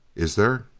is there?